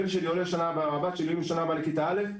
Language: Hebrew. הבן שלי עולה שנה הבאה לכיתה א',